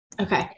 Okay